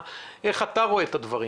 איך אתה רואה את הדברים?